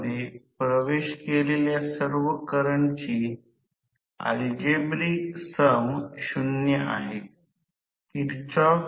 उदाहरणार्थ जर f frequency 50 hertz आणि P 4 ध्रुवची मशीन असेल तर त्या P 4 फक्त जोडीचा प्रश्न नाही